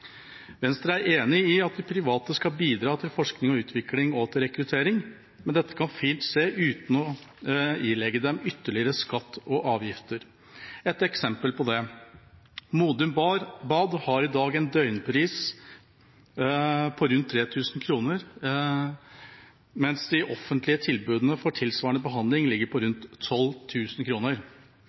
Venstre er enig i at de private skal bidra til forskning og utvikling og til rekruttering, men dette kan fint skje uten å ilegge dem ytterligere skatt og avgifter. Et eksempel på det: Modum Bad har i dag en døgnpris på rundt 3 000 kr, mens de offentlige tilbudene for tilsvarende behandling ligger på rundt